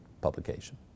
publication